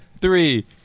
three